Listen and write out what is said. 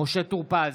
משה טור פז,